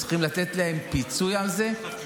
צריכים לתת להם פיצוי על זה,